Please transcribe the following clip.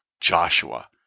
Joshua